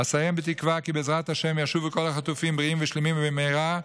אסיים בתקוה כי בעזרת השם ישובו כל החטופים בריאים ושלימים במהרה,